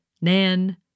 Nan